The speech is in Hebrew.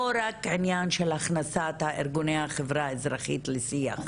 או רק עניין של הכנסת ארגוני החברה האזרחית לשיח.